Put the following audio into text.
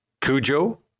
Cujo